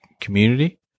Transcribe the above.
community